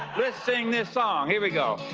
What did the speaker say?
let's sing the song. you but go.